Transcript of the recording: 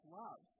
love